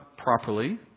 Properly